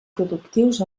productius